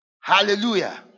Hallelujah